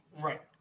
right